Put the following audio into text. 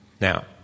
Now